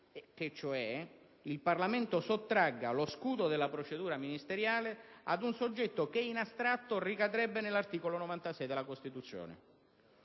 che il Parlamento sottragga lo scudo della procedura ministeriale ad un soggetto che in astratto ricadrebbe nell'articolo 96 della Costituzione.